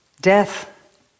Death